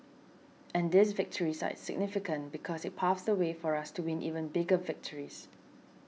and these victories are significant because it paves the way for us to win even bigger victories